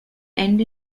end